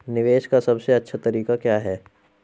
निवेश का सबसे अच्छा तरीका क्या है?